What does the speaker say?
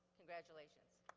congratulations.